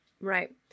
Right